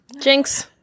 Jinx